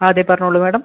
ആ അതെ പറഞ്ഞോളൂ മാഡം